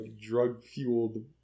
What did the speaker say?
drug-fueled